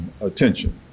attention